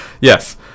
Yes